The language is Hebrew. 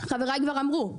חבריי כבר אמרו,